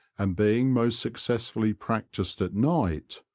and being most successfully practised at night,